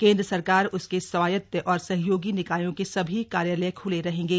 केन्द्र सरकार उसके स्वायत्त और सहयोगी निकायों के सभी कार्यालय खुले रहेंगे